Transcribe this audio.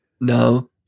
No